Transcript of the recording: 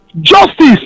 justice